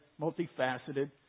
multifaceted